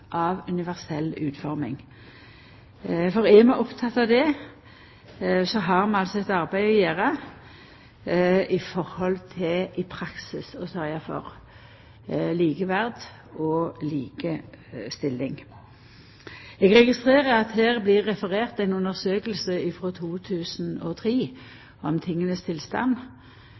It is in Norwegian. av universell utforming. For er vi opptekne av det, så har vi eit arbeid å gjera når det gjeld i praksis å sørgja for likeverd og likestilling. Eg registrerer at det blir referert til ei undersøking frå 2003 om